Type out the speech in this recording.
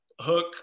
Hook